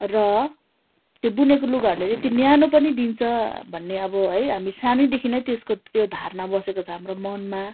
र त्यो बुनेको लुगाहरूले यति न्यानो पनि दिन्छ भन्ने अब है हामी सानैदेखि त्यसको त्यो धारणा बसेको छ हाम्रो मनमा